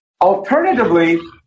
Alternatively